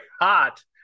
hot